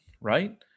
right